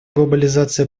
глобализация